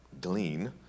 glean